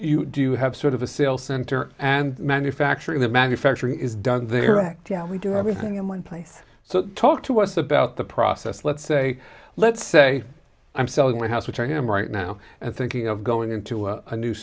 you do you have sort of a sale center and manufacturing the manufacturing is done there act yeah we do everything in one place so talk to us about the process let's say let's say i'm selling my house which i am right now and thinking of going into a new